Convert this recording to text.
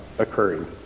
occurring